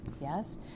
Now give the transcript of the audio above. yes